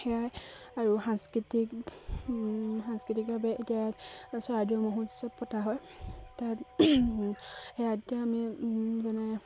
সেয়াই আৰু সাংস্কৃতিক সাংস্কৃতিকভাৱে এতিয়া চৰাইদেউ মহোৎসৱ পতা হয় তাত সেয়া আমি যেনে